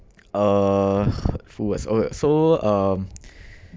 uh hurtful words okay so um